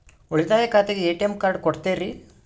ಉಳಿತಾಯ ಖಾತೆಗೆ ATM card ಕೊಡ್ತೇರಿ?